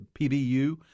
PBU